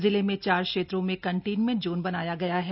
जिले में चार क्षेत्रों में कंटेनमेंट ज़ोन बनाया गया है